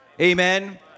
Amen